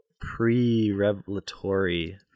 pre-revelatory